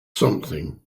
something